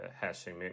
hashing